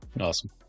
Awesome